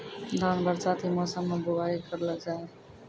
धान बरसाती मौसम बुवाई करलो जा?